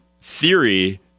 theory